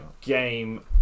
game